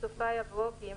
בסופה יבוא: "(ג)